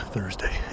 Thursday